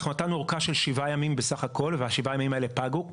אנחנו נתנו אורכה של 7 ימיטם בך הכול ושבעת הימים האלה פגו.